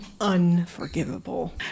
Unforgivable